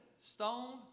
Stone